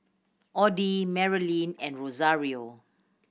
Oddie Merilyn and Rosario